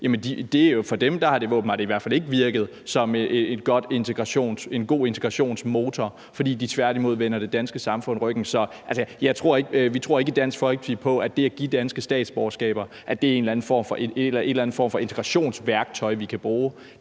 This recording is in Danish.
givet statsborgerskab, har det i hvert fald åbenbart ikke virket som en god integrationsmotor, fordi de tværtimod vender det danske samfund ryggen. Så vi tror ikke i Dansk Folkeparti på, at det at give dansk statsborgerskab er en eller anden form for integrationsværktøj, vi kan bruge.